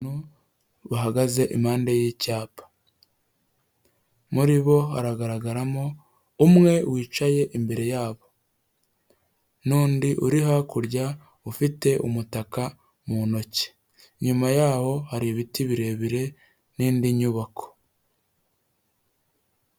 Abntu bahagaze impande y'icyapa, muri bo hagaragaramo umwe wicaye imbere yabo n'undi uri hakurya ufite umutaka mu ntoki, nyuma yaho hari ibiti birebire n'indi nyubako.